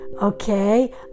Okay